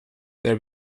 there